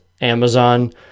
Amazon